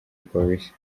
polisi